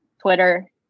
twitter